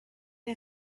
der